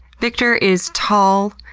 victor is tall,